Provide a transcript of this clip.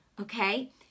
okay